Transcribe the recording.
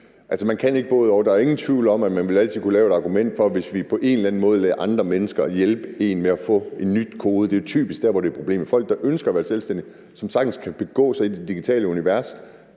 Der er ingen tvivl om, at man altid vil kunne lave et argument for på en eller anden måde at lade andre mennesker hjælpe en med at få en ny kode – det er jo typisk der, hvor problemet er. Folk, der ønsker at være selvstændige, og som sagtens kan begå sig i det digitale univers,